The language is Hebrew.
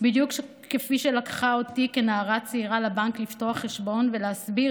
בדיוק כפי שלקחה אותי כנערה צעירה לבנק לפתוח חשבון ולהסביר